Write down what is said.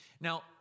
Now